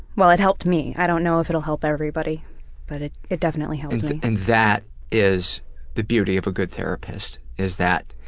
well, it helped me. i don't know if it'll help everybody but it it definitely helped me. and that is the beauty of a good therapist, is that